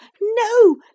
No